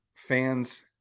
fans